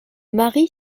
marie